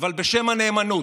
אבל בשם הנאמנות,